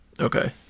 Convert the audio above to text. okay